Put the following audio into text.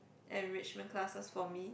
enrichment classes for me